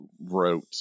wrote